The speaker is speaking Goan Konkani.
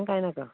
आनी कांय नाका